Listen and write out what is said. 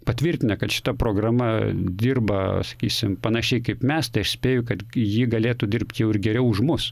patvirtinę kad šita programa dirba sakysim panašiai kaip mes tai aš spėju kad ji galėtų dirbt jau ir geriau už mus